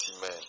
man